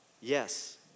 Yes